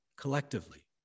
collectively